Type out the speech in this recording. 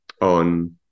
on